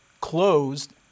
closed